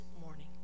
morning